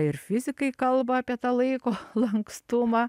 ir fizikai kalba apie tą laiko lankstumą